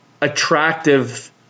attractive